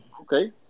Okay